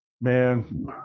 Man